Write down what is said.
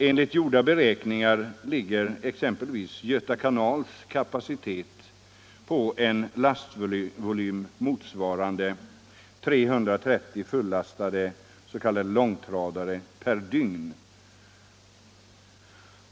Enligt gjorda beräkningar ligger exempelvis Göta kanals kapacitet på en lastvolym motsvarande 330 fullastade s.k. långtradare per dygn.